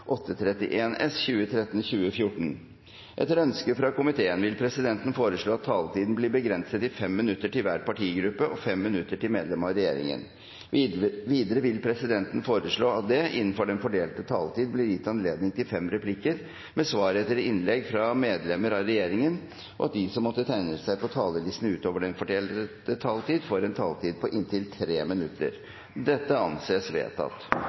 Etter ønske fra næringskomiteen vil presidenten foreslå at taletiden blir begrenset til 5 minutter til hver partigruppe og 5 minutter til medlem av regjeringen. Videre vil presidenten foreslå at det innenfor den fordelte taletid blir gitt anledning til replikkordskifte på inntil tre replikker med svar etter innlegg fra medlem av regjeringen, og at de som måtte tegne seg på talerlisten utover